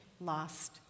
lost